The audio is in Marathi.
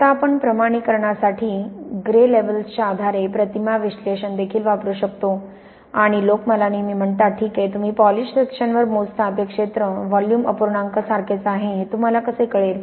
आता आपण प्रमाणीकरणासाठी ग्रे लेव्हल्स च्या आधारे प्रतिमा विश्लेषण देखील वापरू शकतो आणि लोक मला नेहमी म्हणतात "ठीक आहे तुम्ही पॉली सेक्शनवर मोजता ते क्षेत्र व्हॉल्यूम अपूर्णांक सारखेच आहे हे तुम्हाला कसे कळेल